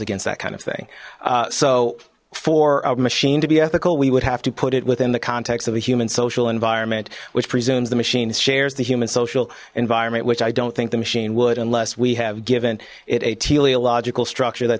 against that kind of thing so for a machine to be ethical we would have to put it within the context of the human social environment which presumes the machine shares the human social environment which i don't think the machine would unless we have given it a teleological structure that